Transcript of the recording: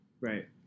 right